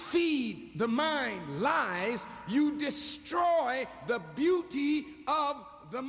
feed the mind lies you destroy the beauty of the